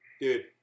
dude